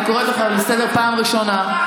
אני קוראת אותך לסדר בפעם הראשונה.